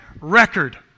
record